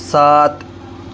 سات